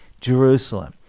Jerusalem